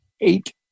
eight